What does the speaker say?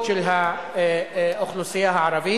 יידעו.